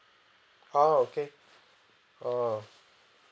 ah okay oh